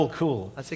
cool